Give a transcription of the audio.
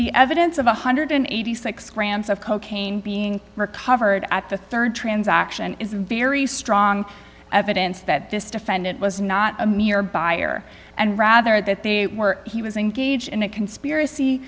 the evidence of one hundred and eighty six grams of cocaine being recovered at the rd transaction is very strong evidence that this defendant was not a mere buyer and rather that they were he was engaged in a conspiracy